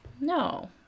No